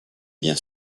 bien